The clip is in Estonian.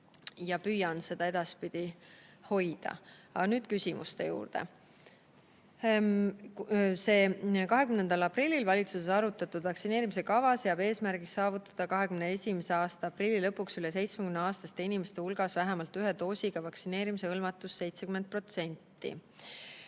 ja püüan sellest edaspidi hoiduda. Aga nüüd küsimuste juurde. "20. aprillil valitsuses arutatud vaktsineerimise kava seab eesmärgiks "saavutada 2021. aasta aprilli lõpuks üle 70-aastaste inimeste hulgas vähemalt ühe doosiga vaktsineerimise hõlmatus 70%".